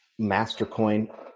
MasterCoin